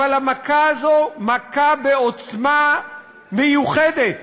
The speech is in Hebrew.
אבל המכה הזאת מכה בעוצמה מיוחדת